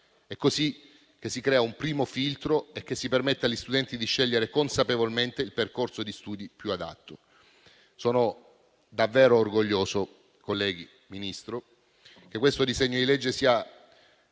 È così che si crea un primo filtro e si permette agli studenti di scegliere consapevolmente il percorso di studi più adatto. Sono davvero orgoglioso, colleghi, signora Ministro, che il disegno di legge in